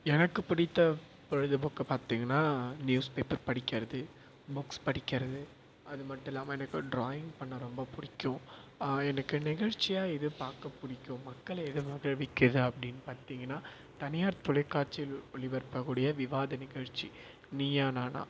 எனக்கு பிடித்த பொழுதுபோக்கு பார்த்தீங்கன்னா நியூஸ் பேப்பர் படிக்கிறது புக்ஸ் படிக்கிறது அது மட்டும் இல்லாமல் எனக்கு ட்ராயிங் பண்ண ரொம்ப பிடிக்கும் எனக்கு நிகழ்ச்சியாக எது பார்க்க பிடிக்கும் மக்களை எதிர்பார்க்க வைக்கிறது அப்படின்னு பார்த்தீங்கன்னா தனியார் தொலைக்காட்சியில் ஒளிபரப்பக்கூடிய விவாத நிகழ்ச்சி நீயா நானா